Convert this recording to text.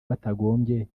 batagombye